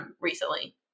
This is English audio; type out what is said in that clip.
recently